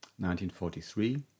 1943